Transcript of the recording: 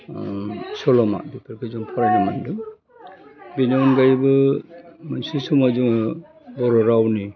ओम सल'मा बेफोरखो जों फरायनो मोन्दों बेनि अनगायैबो मोनसे समाव जोङो बर' रावनि